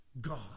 God